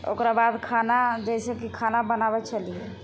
ओकराबाद खाना जइसेकि खाना बनाबै छली